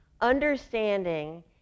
Understanding